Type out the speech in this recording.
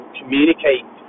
communicate